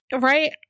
Right